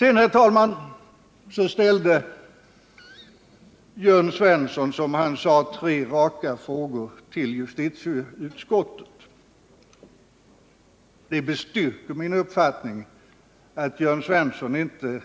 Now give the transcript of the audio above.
Jörn Svensson ställde, som han sade, tre raka frågor till justitieutskottet. Det bestyrker min uppfattning att Jörn Svensson inte